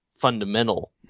fundamental